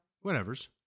Whatever's